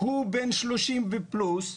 הוא בן 30 פלוס,